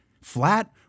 flat